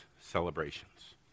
celebrations